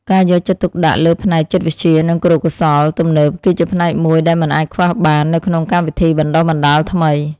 ការយកចិត្តទុកដាក់លើផ្នែកចិត្តវិទ្យានិងគរុកោសល្យទំនើបគឺជាផ្នែកមួយដែលមិនអាចខ្វះបាននៅក្នុងកម្មវិធីបណ្តុះបណ្តាលថ្មី។